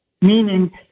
Meaning